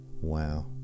Wow